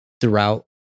throughout